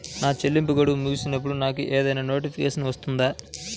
నా చెల్లింపు గడువు ముగిసినప్పుడు నాకు ఏదైనా నోటిఫికేషన్ వస్తుందా?